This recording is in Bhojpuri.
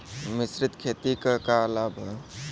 मिश्रित खेती क का लाभ ह?